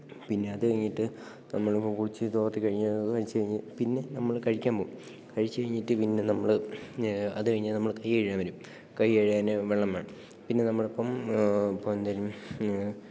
പിന്നെ അതു കഴിഞ്ഞിട്ട് നമ്മളിപ്പോള് കുളിച്ച് തോര്ത്തിക്കഴിഞ്ഞാല് അതുകഴിഞ്ഞ് പിന്നെ നമ്മള് കഴിക്കാൻ പോകും കഴിച്ചുകഴിഞ്ഞിട്ട് പിന്നെ നമ്മള് അതു കഴിഞ്ഞാല് നമ്മള് കൈ കഴുകാൻ വരും കൈ കഴുകാന് വെള്ളം വേണം പിന്നെ നമ്മളിപ്പോള് ഇപ്പോള് എന്തേലും